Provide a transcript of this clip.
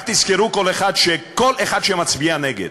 רק תזכרו, כל אחד, שכל אחד שמצביע נגד